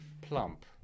Plump